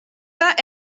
pas